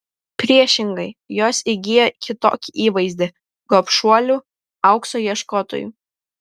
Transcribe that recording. priešingai jos įgyja kitokį įvaizdį gobšuolių aukso ieškotojų